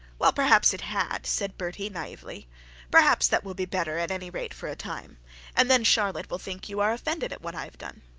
well, perhaps it had said bertie naively perhaps that will be better, at any rate for a time and then charlotte will think you are offended at what i have done